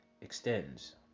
extends